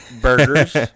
burgers